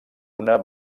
una